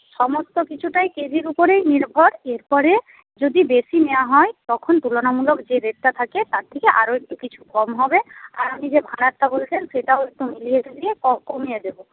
সমস্ত কিছুটাই কেজির উপরেই নির্ভর এরপরে যদি বেশি নেওয়া হয় তখন তুলনামূলক যে রেটটা থাকে তার থেকে আরও একটু কিছু কম হবে আর আপনি যে ভাড়াটা বলছেন সেটাও একটু মিলিয়ে ঝুলিয়ে কমিয়ে দেব